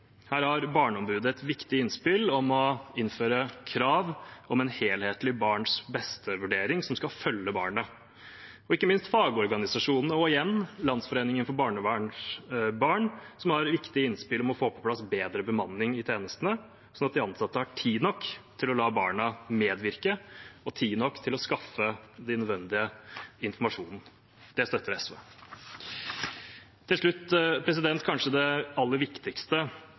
Her har Barneombudet et viktig innspill om å innføre krav om en helhetlig barns beste-vurdering som skal følge barnet, og ikke minst har fagorganisasjonene og igjen Landsforeningen for barnevernsbarn viktige innspill om å få på plass bedre bemanning i tjenestene, sånn at de ansatte har tid nok til å la barna medvirke og tid nok til å skaffe den nødvendige informasjonen. Det støtter SV. Til slutt kanskje det aller viktigste: